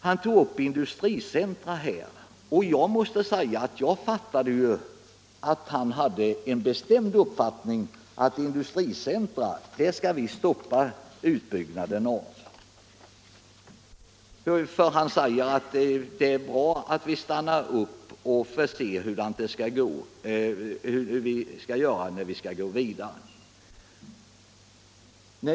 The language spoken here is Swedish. Han berörde frågan om industricentra, och jag uppfattade det så att hans bestämda uppfattning var att man skall stoppa utbyggnaden av industricentra. Han säger att det är bra att man stannar upp och ser hur man skall göra innan man går vidare.